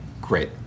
Great